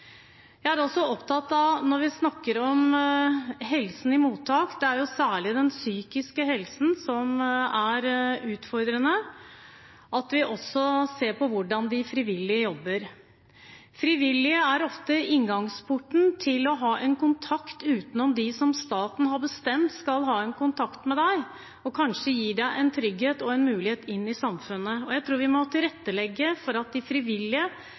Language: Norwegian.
Jeg er også opptatt av, når vi snakker om helsen i mottakene – det er jo særlig den psykiske helsen som er utfordrende – at vi også ser på hvordan de frivillige jobber. Frivillige er ofte inngangsporten til kontakt – utenom med dem som staten har bestemt skal ha kontakt med deg – og kanskje gir det en trygghet og en mulighet inn i samfunnet. Jeg tror vi må tilrettelegge for at de frivillige